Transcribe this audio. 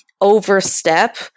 overstep